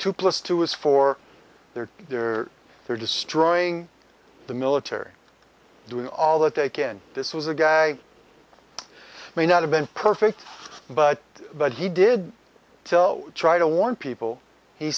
two plus two is four they're they're destroying the military doing all that they can this was a guy who may not have been perfect but but he did try to warn people he